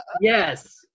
yes